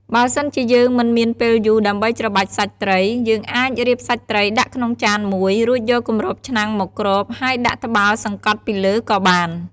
បើសិនជាយើងមិនមានពេលយូរដើម្បីច្របាច់សាច់ត្រី យើងអាចរៀបសាច់ត្រីដាក់ក្នុងចានមួយ រួចយកគម្របឆ្នាំងមកគ្រប ហើយដាក់ត្បាល់សង្កត់ពីលើក៏បាន។